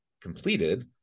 completed